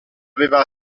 aveva